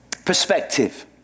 Perspective